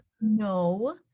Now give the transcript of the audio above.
No